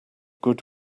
good